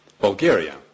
Bulgaria